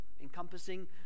encompassing